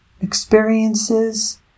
experiences